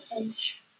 inch